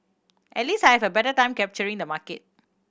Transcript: at least I have a better time capturing the market